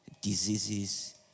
diseases